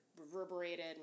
reverberated